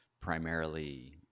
primarily